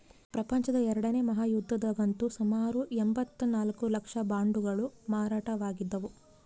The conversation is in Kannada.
ಪ್ರಪಂಚದ ಎರಡನೇ ಮಹಾಯುದ್ಧದಗಂತೂ ಸುಮಾರು ಎಂಭತ್ತ ನಾಲ್ಕು ಲಕ್ಷ ಬಾಂಡುಗಳು ಮಾರಾಟವಾಗಿದ್ದವು